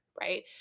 right